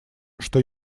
что